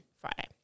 Friday